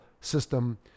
system